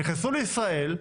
הם נכנסו לישראל.